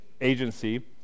Agency